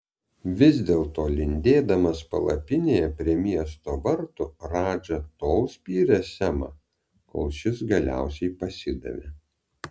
vis dėlto lindėdamas palapinėje prie miesto vartų radža tol spyrė semą kol šis galiausiai pasidavė